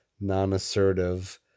non-assertive